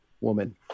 woman